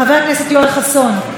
חבר הכנסת יואל חסון,